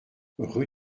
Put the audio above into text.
rue